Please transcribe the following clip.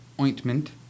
ointment